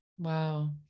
Wow